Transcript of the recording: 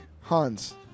Hans